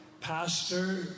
pastor